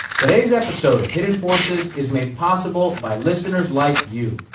today's episode of hidden forces is made possible by listeners like you.